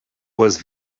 was